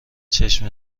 چشم